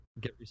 Get